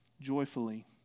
joyfully